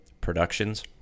Productions